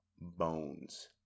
Bones